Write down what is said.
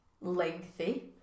lengthy